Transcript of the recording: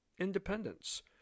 Independence